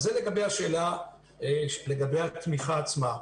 זה לגבי השאלה על התמיכה עצמה.